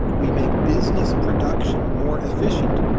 we make business production more efficient.